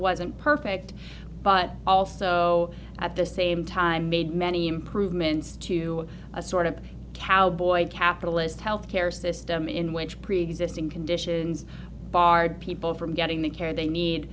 wasn't perfect but also at the same time made many improvements to a sort of cowboy capitalist health care system in which preexisting conditions barred people from getting the care they need